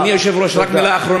אדוני היושב-ראש, רק מילה אחרונה.